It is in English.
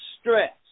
stress